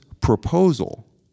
proposal